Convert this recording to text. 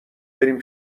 بریم